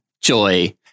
Joy